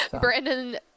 Brandon